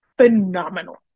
phenomenal